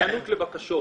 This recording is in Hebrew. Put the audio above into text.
היענות לבקשות,